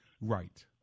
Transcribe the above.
Right